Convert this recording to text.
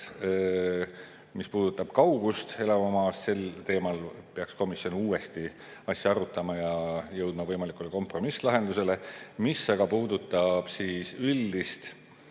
mis puudutab kaugust elamumaast, peaks komisjon uuesti asja arutama ja jõudma võimalikule kompromisslahendusele. Mis aga puudutab üldist